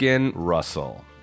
Russell